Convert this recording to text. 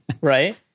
right